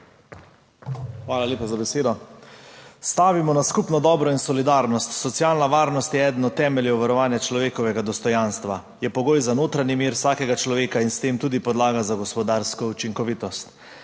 Hvala lepa za besedo. Stavimo na skupno dobro in solidarnost. Socialna varnost je eden od temeljev varovanja človekovega dostojanstva. Je pogoj za notranji mir vsakega človeka in s tem tudi podlaga za gospodarsko učinkovitost.